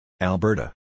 Alberta